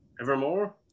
evermore